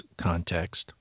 context